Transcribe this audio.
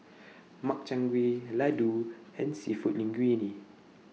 Makchang Gui Ladoo and Seafood Linguine